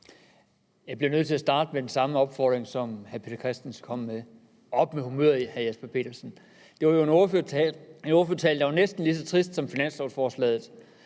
Jeg bliver nødt til at starte med den samme opfordring, som hr. Peter Christensen kom med. Op med humøret, vil jeg sige til hr. Jesper Petersen. Det var en ordførertale, der var næsten lige så trist som finanslovsforslaget,